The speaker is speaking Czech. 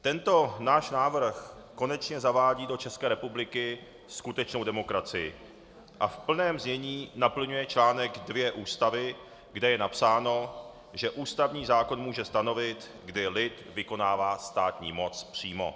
Tento náš návrh konečně zavádí do České republiky skutečnou demokracii a v plném znění naplňuje článek 2 Ústavy, kde je napsáno, že ústavní zákon může stanovit, kdy lid vykonává státní moc přímo.